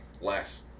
Less